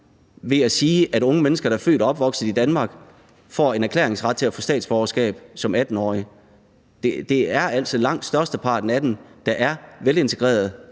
ved at sige, at unge mennesker, der er født og opvokset i Danmark, får en erklæringsret til at få statsborgerskab som 18-årige. Det er altså langt størsteparten af dem, der er velintegrerede